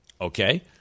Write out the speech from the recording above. Okay